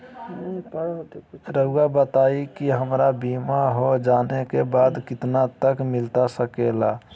रहुआ बताइए कि हमारा बीमा हो जाने के बाद कितना तक मिलता सके ला?